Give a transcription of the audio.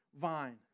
vine